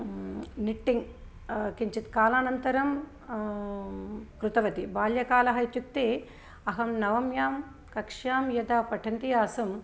knitting किञ्चित् कालानन्तरं कृतवति बाल्यकालः इत्युक्ते अहं नवम्यां कक्ष्यां यदा पठन्ति आसं